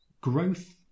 Growth